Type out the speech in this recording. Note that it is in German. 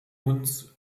uns